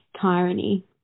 tyranny